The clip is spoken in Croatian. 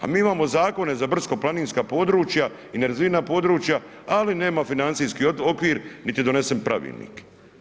A mi imamo zakone za brdsko-planinska područja i nerazvijena područja, ali nema financijski okvir niti je donesen pravilnik.